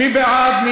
מי בעד?